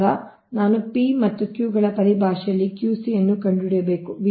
ನಂತರ ನಾನು P ಮತ್ತು Q ಗಳ ಪರಿಭಾಷೆಯಲ್ಲಿ Q c ಅನ್ನು ಕಂಡುಹಿಡಿಯಬೇಕು